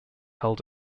held